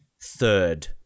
third